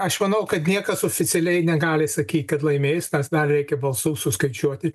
aš manau kad niekas oficialiai negali sakyt kad laimėjęs nes dar reikia balsus suskaičiuoti